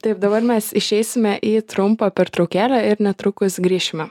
taip dabar mes išeisime į trumpą pertraukėlę ir netrukus grįšime